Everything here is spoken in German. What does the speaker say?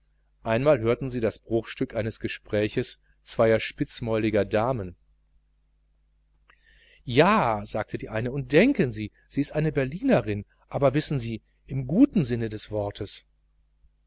einmal hörten sie das bruchstück eines gespräches zweier spitzmäuliger damen ja sagte die eine und denken sie sie ist eine berlinerin aber wissen sie im guten sinne des wortes